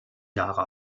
jahre